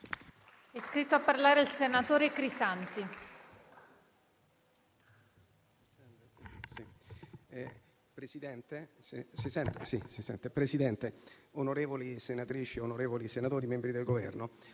Presidente, onorevoli senatrici e senatori, membri del Governo,